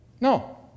No